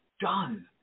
done